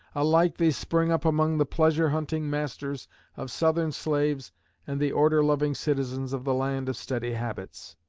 alike they spring up among the pleasure-hunting masters of southern slaves and the order-loving citizens of the land of steady habits.